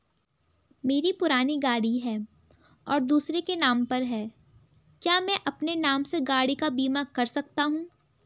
मेरी पुरानी गाड़ी है और दूसरे के नाम पर है क्या मैं अपने नाम से गाड़ी का बीमा कर सकता हूँ?